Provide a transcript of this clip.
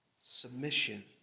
Submission